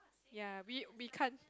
ya we we can't